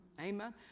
amen